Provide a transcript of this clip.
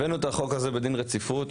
הבאנו את החוק הזה בדין רציפות,